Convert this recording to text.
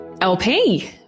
LP